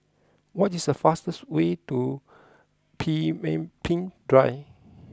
what is the fastest way to Pemimpin Drive